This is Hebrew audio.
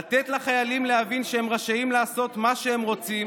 לתת לחיילים להבין שהם רשאים לעשות מה שהם רוצים